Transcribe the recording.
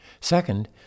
Second